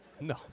No